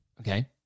okay